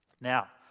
Now